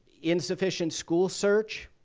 insufficient school search.